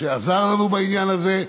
שעזר לנו בעניין הזה.